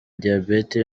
diabete